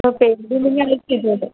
ഇപ്പോൾ പേടിയൊന്നും കാണിക്കില്ലല്ലോ